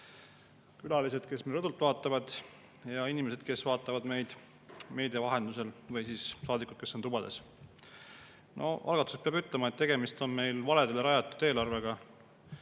Külalised, kes meid rõdult vaatavad! Inimesed, kes vaatavad meid meedia vahendusel, ja saadikud, kes on tubades! Algatuseks peab ütlema, et tegemist on valedele rajatud ja